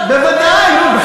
בוודאי,